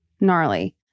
gnarly